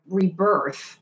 rebirth